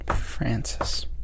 Francis